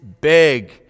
big